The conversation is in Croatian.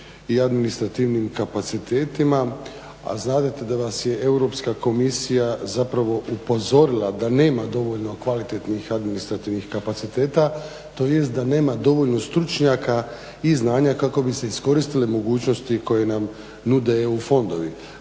i administrativnim kapacitetima a znadete da vas je Europska komisija zapravo upozorila da nema dovoljno kvalitetnih administrativnih kapaciteta, tj. da nema dovoljno stručnjaka i znanja kako bi se iskoristile mogućnosti koje nam nude EU fondovi.